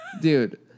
Dude